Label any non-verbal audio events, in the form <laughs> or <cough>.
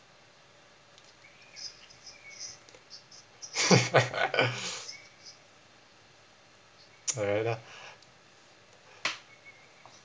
<laughs> correct lah